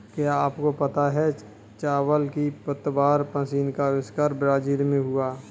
क्या आपको पता है चावल की पतवार मशीन का अविष्कार ब्राज़ील में हुआ